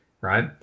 right